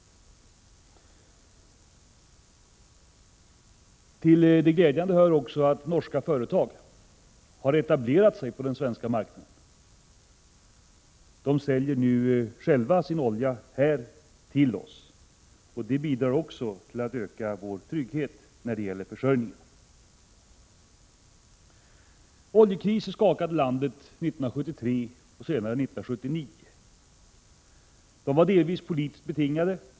Till det glädjande hör också att norska företag har etablerat sig på den svenska marknaden. Det bidrar också till att öka vår försörjningstrygghet. Oljekriser skakade Sverige och världen 1973 och 1979. De var delvis politiskt betingade.